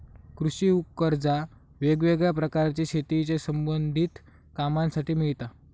कृषि कर्जा वेगवेगळ्या प्रकारची शेतीच्या संबधित कामांसाठी मिळता